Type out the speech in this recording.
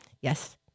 Yes